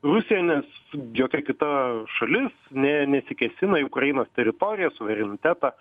rusija nes jokia kita šalis ne nesikėsina į ukrainos teritoriją suverenitetą